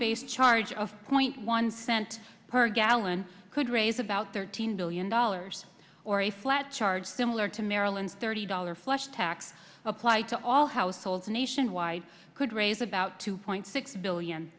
based charge of point one cent per gallon could raise about thirteen billion dollars or a flat charge similar to maryland's thirty dollar flesh tax apply to all households nationwide could raise about two point six billion